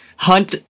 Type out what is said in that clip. Hunt